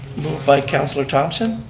moved by councillor thompson,